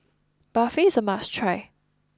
Barfi is a must try